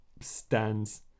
stands